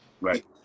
Right